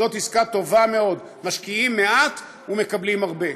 זאת עסקה טובה מאוד: משקיעים מעט ומקבלים הרבה.